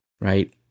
right